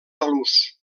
talús